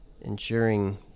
ensuring